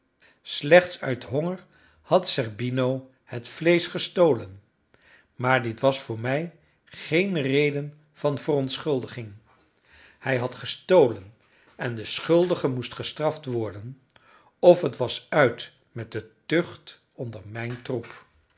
slechts uit honger had zerbino het vleesch gestolen maar dit was voor mij geen reden van verontschuldiging hij had gestolen en de schuldige moest gestraft worden of het was uit met de tucht onder mijn troep